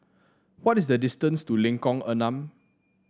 what is the distance to Lengkong Enam